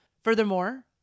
Furthermore